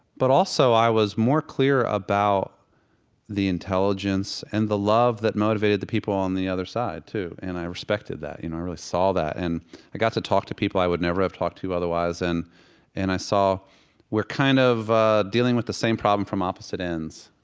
but also i was more clear about the intelligence and the love that motivated the people on the other side too. and i respected that, you know, i really saw that and i got to talk to people i would never have talked to otherwise. and and i saw we're kind of ah dealing with the same problem from opposite ends.